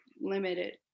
limited